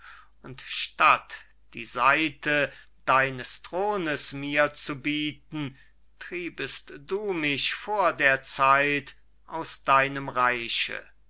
und statt die seite deines thrones mir zu bieten triebest du mich vor der zeit aus deinem reiche